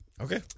Okay